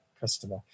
customer